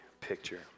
picture